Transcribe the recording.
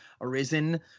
arisen